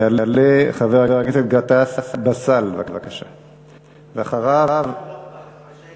יעלה חבר הכנסת גטאס באסל, בבקשה, ואחריו, ע'טאס.